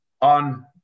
on